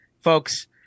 folks